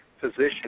position